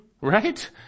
right